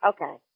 Okay